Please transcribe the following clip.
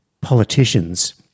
politicians